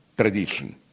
tradition